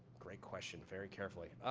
great question. very carefully.